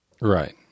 right